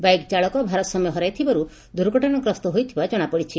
bike ଚାଳକ ଭାରସାମ୍ୟ ହରାଇ ଥିବାରୁ ଦୁର୍ଘଟଣା ଗ୍ରସ୍ଠ ହୋଇଥିବା ଜଣାପଡ଼ିଛି